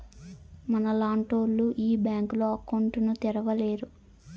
మనలాంటోళ్లు ఈ బ్యాంకులో అకౌంట్ ను తెరవలేరు